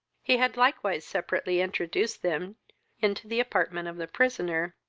he had likewise separately introduced them into the apartment of the prisoner,